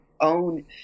own